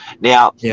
now